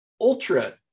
ultra